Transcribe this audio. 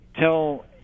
tell